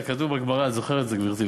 אתה יודע, כתוב בגמרא, אני זוכר את זה, גברתי: